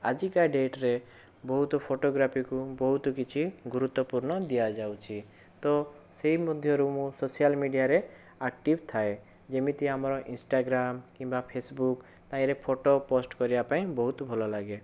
ଆଜିକା ଡେଟରେ ବହୁତ ଫୋଟଗ୍ରାଫିକୁ ବହୁତ କିଛି ଗୁରୁତ୍ୱପୂର୍ଣ୍ଣ ଦିଆଯାଉଛି ତ ସେହି ମଧ୍ୟରୁ ମୁଁ ସୋସିଆଲ ମିଡ଼ିଆରେ ଆକ୍ଟିଭ ଥାଏ ଯେମିତି ଆମର ଇନଷ୍ଟାଗ୍ରାମ କିମ୍ବା ଫେସବୁକ୍ ତାହିଁରେ ଫୋଟୋ ପୋଷ୍ଟ କରିବା ପାଇଁ ବହୁତ ଭଲ ଲାଗେ